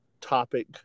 topic